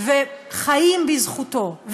וחיים בזכותו.